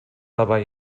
dabei